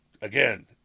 again